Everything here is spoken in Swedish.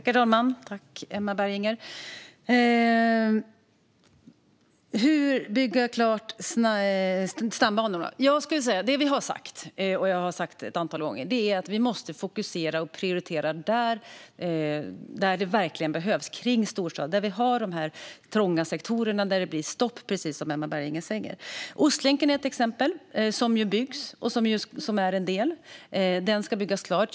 Herr talman! Hur ska man bygga klart stambanorna? Det vi har sagt är att vi måste fokusera och prioritera där det verkligen behövs, alltså kring storstad, där vi har trånga sektorer och det blir stopp, precis som Emma Berginger säger. Ostlänken är ett exempel som byggs. Den är ju en del. Den ska byggas klart.